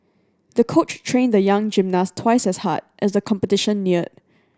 the coach trained the young gymnast twice as hard as the competition neared